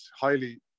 highly